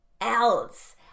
else